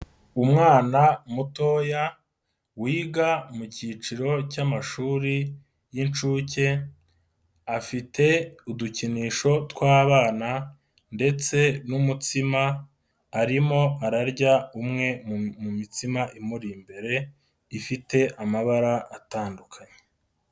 Umwana mutoya wiga mu kiciro cy'amashuri y'inshuke, afite udukinisho tw'abana ndetse n'umutsima, arimo ararya umwe mu mitsima imuri imbere, ifite amabara atandukanye.